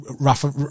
Rafa